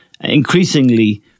increasingly